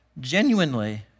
genuinely